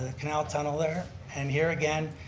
canal tunnel there, and here again,